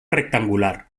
rectangular